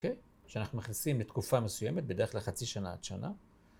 כן, ‫שאנחנו מכניסים לתקופה מסוימת, ‫בדרך כלל חצי שנה עד שנה.